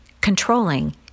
controlling